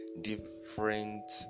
different